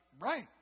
right